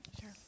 Sure